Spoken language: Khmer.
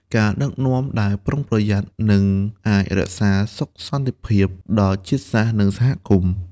អ្នកដឹកនាំដែលប្រុងប្រយ័ត្ន នឹងអាចរក្សាសុខសន្តិភាពដល់ជាតិសាសន៍ និងសហគមន៍។